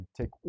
take